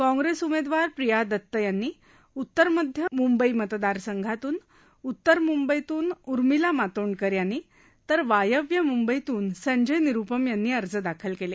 काँग्रेस उमेदवार प्रिया दत्त यांनी उत्तर मध्य मुंबई मतदारसंघातून उत्तर मुंबईतून उर्मिला मातोंडकर यांनी तर वायव्य मुंबईतून संजय निरुपम यांनी अर्ज दाखल केले